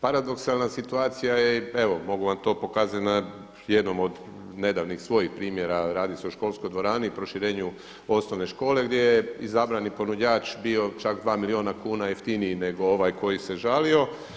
Paradoksalna situacija je evo mogu vam to pokazati na jednom od nedavnih svojih primjera, radi se o školskoj dvorani, proširenju osnovne škole gdje je izabrani ponuđač bio čak 2 milijuna kuna jeftiniji nego ovaj koji se žalio.